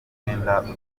umwenda